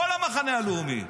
כל המחנה הלאומי.